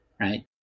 right